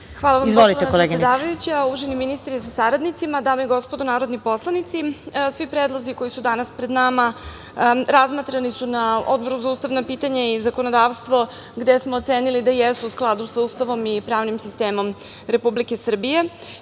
Zahvaljujem, predsedavajuća. Uvaženi ministre sa saradnicima, dame i gospodo narodni poslanici, svi predlozi koji su danas pred nama razmatrani su na Odboru za ustavna pitanja i zakonodavstvo gde smo ocenili da jesu u skladu sa Ustavom i pravnim sistemom Republike Srbije. Iz